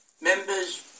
members